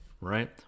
right